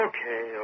Okay